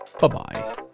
Bye-bye